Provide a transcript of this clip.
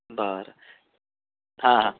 बरं हां हां